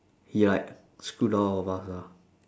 he like screwed all of us ah